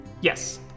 Yes